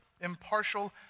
impartial